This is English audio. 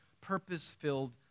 purpose-filled